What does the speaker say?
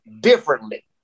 differently